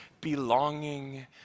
belonging